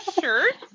shirt